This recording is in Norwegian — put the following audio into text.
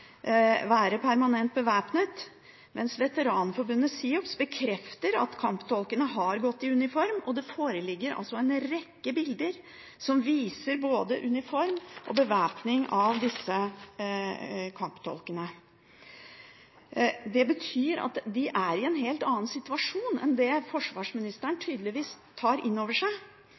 være permanent bevæpnet, mens Veteranforbundet SIOPS bekrefter at kamptolkene har gått i uniform, og det foreligger en rekke bilder som viser både uniformering og bevæpning av disse kamptolkene. Det betyr at de er i en helt annen situasjon enn det forsvarsministeren tydeligvis tar inn over seg.